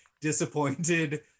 disappointed